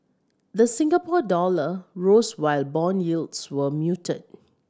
the Singapore dollar rose while bond yields were muted